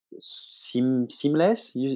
seamless